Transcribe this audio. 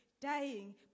dying